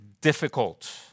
difficult